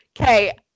Okay